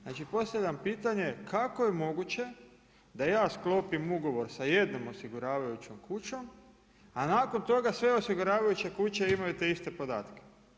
Znači postavljam pitanje kako je moguće da ja sklopim ugovor sa jednom osiguravajućom kućom, a nakon toga sve osiguravajuće kuće imaju te iste podatke?